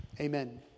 Amen